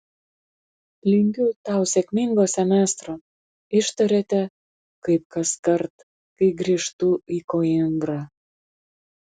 linkiu tau sėkmingo semestro ištarėte kaip kaskart kai grįžtu į koimbrą